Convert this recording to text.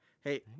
Hey